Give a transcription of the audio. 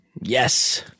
Yes